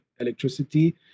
electricity